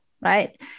right